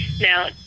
now